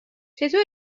چطور